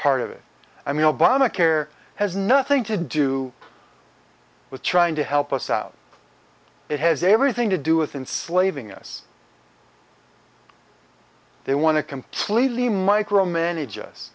obamacare has nothing to do with trying to help us out it has everything to do with enslaving us they want to completely micromanage us